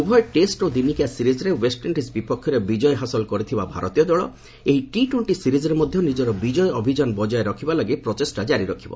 ଉଭୟ ଟେଷ୍ଟ ଓ ଦିନିକିଆ ସିରିଜ୍ରେ ଓ୍ୱେଷ୍ଟଇଣ୍ଡିଜ୍ ବିପକ୍ଷରେ ବିଜୟ ହାସଲ କରିଥିବା ଭାରତୀୟ ଦଳ ଏହି ଟି ଟ୍ୱେର୍କ୍ଷି ସିରିଜ୍ରେ ମଧ୍ୟ ନିଜର ବିଜୟ ଅଭିଯାନ ବଜାୟ ରଖିବା ଲାଗି ପ୍ରଚେଷ୍ଟା ଜାରି ରଖିବ